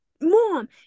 mom